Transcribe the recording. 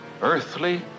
Earthly